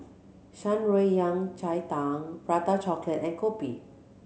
Shan Rui Yao Cai Tang Prata Chocolate and kopi